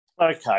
Okay